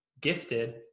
gifted